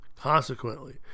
Consequently